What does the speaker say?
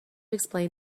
explain